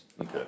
Okay